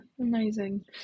amazing